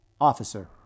Officer